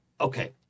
okay